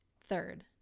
Third